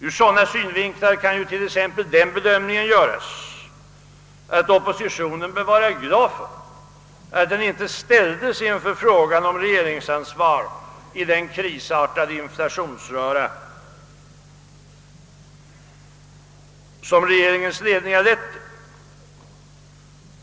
Ur sådana synvinklar kan till exempel den bedömningen göras att oppositionen bör vara glad över att den inte ställdes inför frågan om regeringsansvar i den krisartade inflationsröra som regeringens politik har lett till.